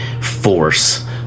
Force